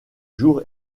jour